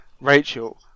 Rachel